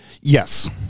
Yes